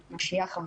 רונית משיח,